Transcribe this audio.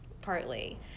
partly